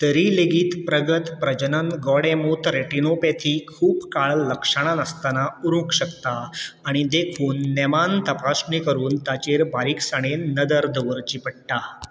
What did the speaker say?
तरी लेगीत प्रगत प्रजनन गोडेंमूत रॅटिनोपॅथी खूब काळ लक्षणां नासताना उरूंक शकता आनी देखून नेमान तपासणी करून ताचेर बारीकसाणेन नदर दवरची पडटा